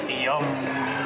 yum